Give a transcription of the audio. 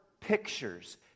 pictures